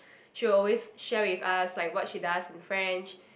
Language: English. she will always share with us like what she does in French